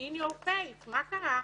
in your face, מה קרה?